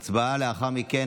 ההצבעה היא לאחר מכן